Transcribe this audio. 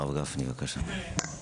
הרב גפני, בבקשה.